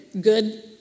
good